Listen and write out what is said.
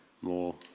more